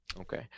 Okay